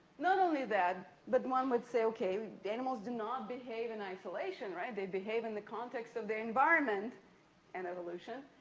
not only that, but one would say okay, animals do not behave in isolation, right? they behave in the context of the environment and evolution.